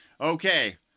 Okay